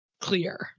Clear